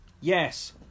Yes